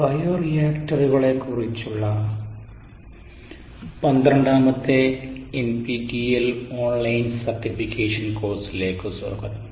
bio റിയാക്ടറുകളെക്കുറിച്ചുള്ള 12ആമത്തെ NPTEL online certification കോഴ്സിലേക്ക് സ്വാഗതം